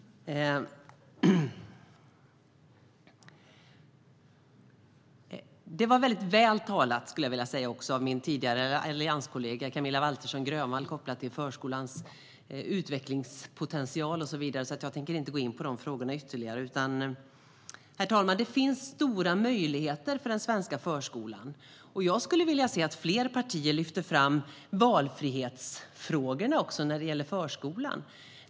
Min tidigare allianskollega Camilla Waltersson Grönvall höll ett bra anförande om förskolans utvecklingspotential och så vidare, så jag tänker inte gå in på de frågorna ytterligare. Herr talman! Den svenska förskolan har stora möjligheter. Jag skulle vilja se att fler partier lyfte fram valfrihetsfrågorna när det gäller förskolan.